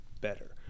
better